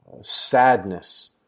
sadness